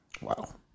Wow